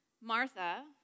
Martha